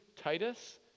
Titus